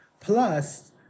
Plus